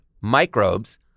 microbes